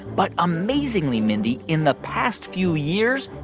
but amazingly, mindy, in the past few years,